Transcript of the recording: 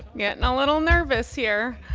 yeah and little nervous here.